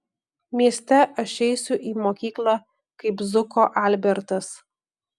mieste aš eisiu į mokyklą kaip zuko albertas